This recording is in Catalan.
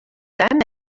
tant